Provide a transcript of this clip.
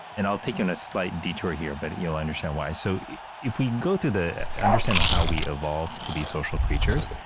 and i'll take you on a slight detour here, but you'll understand why. so if we go through the understanding of how we evolved to be social creatures,